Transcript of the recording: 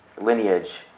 lineage